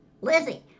Lizzie